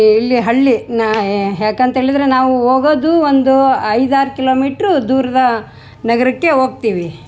ಇಲ್ಲಿ ಹಳ್ಳಿ ನಾ ಯಾಕಂತೇಳಿದ್ರೆ ನಾವು ಹೋಗೋದು ಒಂದು ಐದು ಆರು ಕಿಲೋಮೀಟ್ರು ದೂರದ ನಗರಕ್ಕೆ ಹೋಗ್ತೀವಿ